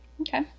okay